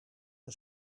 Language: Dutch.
een